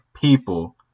people